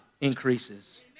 increases